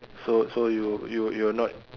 so so you you were not